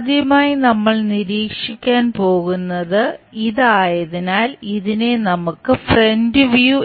ആദ്യമായി നമ്മൾ നിരീക്ഷിക്കാൻ പോകുന്നത് ഇതായതിനാൽ ഇതിനെ നമുക്ക് ഫ്രന്റ് വ്യൂ